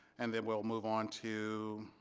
and then we'll move on to